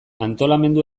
antolamendu